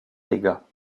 dégâts